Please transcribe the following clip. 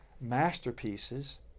masterpieces